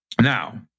Now